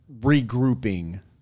regrouping